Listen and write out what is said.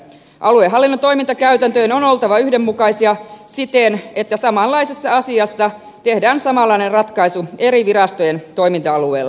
aluehallinnon toimintakäytäntöjen on oltava yhdenmukaisia siten että samanlaisessa asiassa tehdään samanlainen ratkaisu eri virastojen toiminta alueella